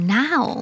now